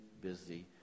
busy